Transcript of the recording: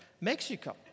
Mexico